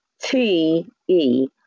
T-E